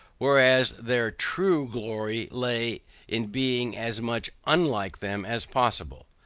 whereas their true glory laid in being as much unlike them as possible.